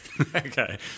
Okay